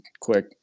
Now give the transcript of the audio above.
quick